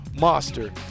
monster